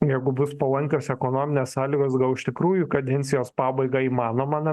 jeigu bus palankios ekonominės sąlygos gal iš tikrųjų į kadencijos pabaigą įmanoma na